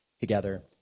together